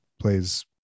plays